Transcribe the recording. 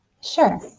Sure